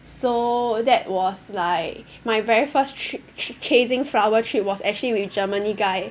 so that was like my very first trip cha~ chasing flower trip was actually with Germany guy